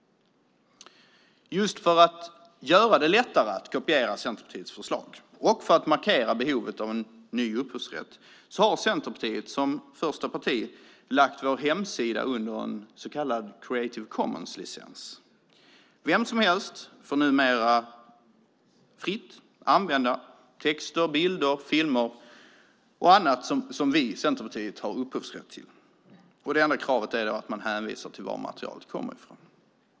Just för att göra det lättare att kopiera Centerpartiets förslag och för att markera behovet av en ny upphovsrätt har Centerpartiet som första parti lagt sin hemsida under en så kallad Creative Commons-licens. Vem som helst får numera fritt använda texter, bilder, filmer och annat som vi i Centerpartiet har upphovsrätt till. Det enda kravet är att man hänvisar till varifrån materialet kommer.